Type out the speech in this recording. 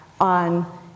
on